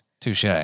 Touche